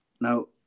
Now